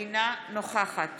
אינה נוכחת